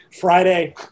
Friday